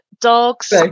dogs